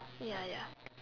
ya ya